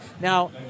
Now